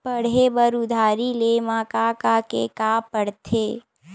पढ़े बर उधारी ले मा का का के का पढ़ते?